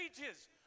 pages